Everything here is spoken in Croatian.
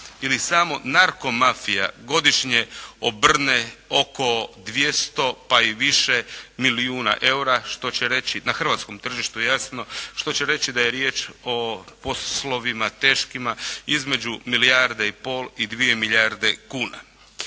se samo narkomafija godišnje obrne oko 200 pa i više milijuna eura što će reći, na hrvatskom tržištu jasno, što će reći da je riječ o po slovima teškima, između milijarde i pol i dvije milijarde kuna.